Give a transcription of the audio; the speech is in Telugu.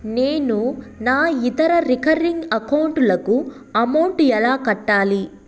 నేను నా ఇతర రికరింగ్ అకౌంట్ లకు అమౌంట్ ఎలా కట్టాలి?